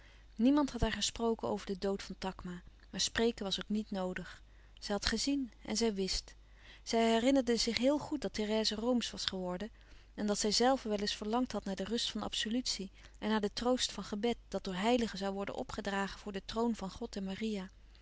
niemand had haar gesproken over den dood van takma maar spreken was ook niet noodig zij had gezien en zij wist zij herinnerde zich heel goed dat therèse roomsch was geworden en dat zijzelve wel eens verlangd had naar de rust van absolutie en naar den troost van gebed dat door heiligen zoû worden opgedragen voor den troon van god en maria